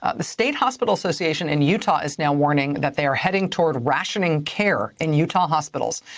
ah the state hospital association in utah is now warning that they are heading toward rationing care in utah hospitals,